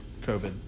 COVID